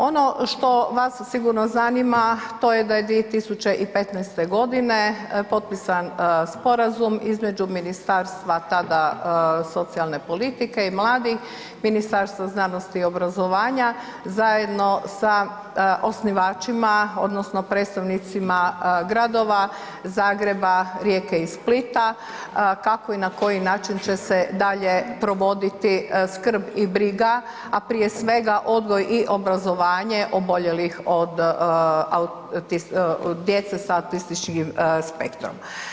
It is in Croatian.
Ono što vas sigurno zanima, to je da je 2015. godine potpisan sporazum između Ministarstva, tada socijalne politike i mladih, Ministarstva znanosti i obrazovanja, zajedno sa osnivačima odnosno predstavnicima gradova Zagreba, Rijeke i Splita, kako i na koji način će se dalje provoditi skrb i briga, a prije svega odgoj i obrazovanje oboljelih od auti djece za autističnim spektrom.